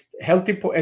healthy